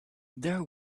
there